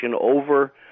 over